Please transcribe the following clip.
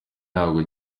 ntabwo